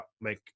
make